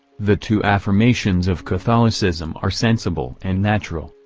the two affirmations of catholicism are sensible and natural,